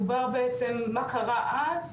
מדובר בעצם, מה קרה אז,